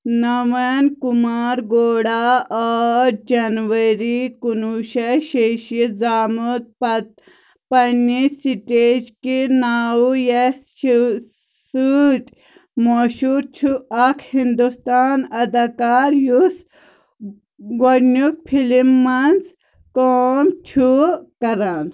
نٔویٖن کُمار گَوڈا ٲٹھ جنؤری کُنوُہ شیٚتھ شیٚیہِ شیٖتھ زامُت پنٛنہِ سٹیج کہِ ناوٕ یَس چھِ سۭتۍ مشہوٗر چھُ اکھ ہِنٛدوستان اداکار یُس گۄڈٕنیُک فِلمن منٛز کٲم چھُ کَران